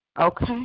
okay